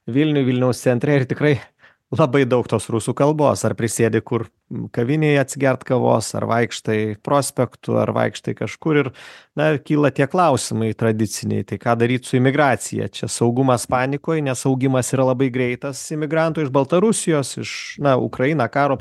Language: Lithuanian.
vilniuj vilniaus centre ir tikrai labai daug tos rusų kalbos ar prisėdi kur kavinėje atsigert kavos ar vaikštai prospektu ar vaikštai kažkur ir dar kyla tie klausimai tradiciniai tai ką daryt su imigracija čia saugumas panikoj nes augimas yra labai greitas imigrantų iš baltarusijos iš na ukraina karo